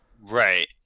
Right